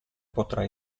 potrà